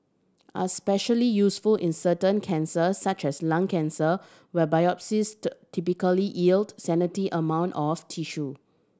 are especially useful in certain cancers such as lung cancer where biopsies typically yield scanty amount of tissue